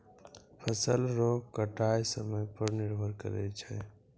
फसल रो कटाय समय पर निर्भर करै छै